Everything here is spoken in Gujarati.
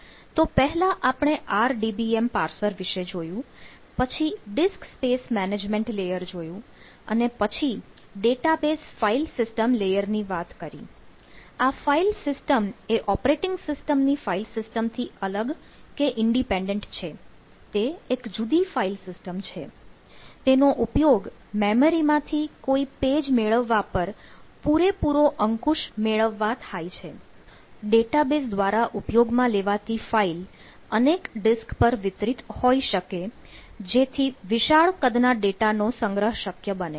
તો પહેલા આપણે RDBM પાર્સર વિષે જોયું પછી ડિસ્ક સ્પેસ મેનેજમેન્ટ લેયર પર વિતરીત હોઈ શકે જેથી વિશાળ કદના ડેટાનો સંગ્રહ શક્ય બને